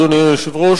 אדוני היושב-ראש,